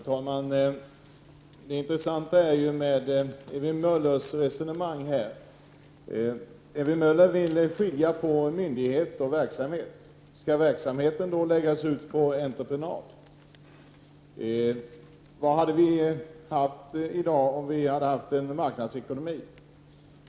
Herr talman! Det intressanta är Ewy Möllers resonemang i debatten. Ewy Möller vill skilja på myndighet och verksamhet. Skall verksamheten i så fall läggas ut på entreprenad? Vilken situation hade vi haft i dag om vi hade haft marknadsekonomi?